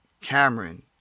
Cameron